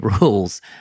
rules